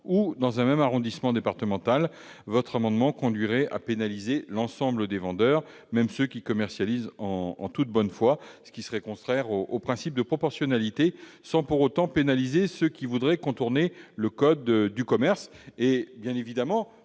où dans un même arrondissement départemental. L'adoption de cet amendement conduirait à pénaliser l'ensemble des vendeurs, même ceux qui commercialisent en toute bonne foi, ce qui serait contraire au principe de proportionnalité, sans pour autant pénaliser ceux qui voudraient contourner le code de commerce. Nous devons évidemment